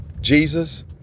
Jesus